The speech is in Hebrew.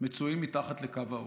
מצויים מתחת לקו העוני.